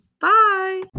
Bye